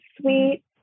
sweet